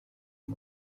aya